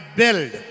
build